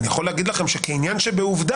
אני יכול להגיד לכם שכעניין שבעובדה,